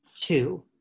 two